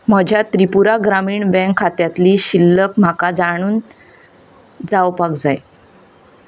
म्हज्या त्रिपुरा ग्रामीण बँक खात्यांतली शिल्लक म्हाका जाणून जावपाक जाय